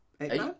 eight